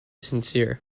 sincere